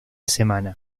semana